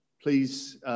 please